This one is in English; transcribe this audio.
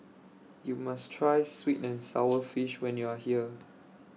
YOU must Try Sweet and Sour Fish when YOU Are here